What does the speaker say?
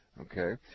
Okay